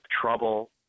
trouble